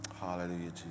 Hallelujah